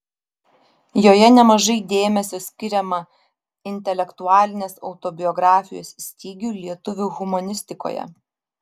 joje nemažai dėmesio skiriama intelektualinės autobiografijos stygiui lietuvių humanistikoje